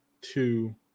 two